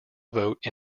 vote